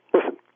Listen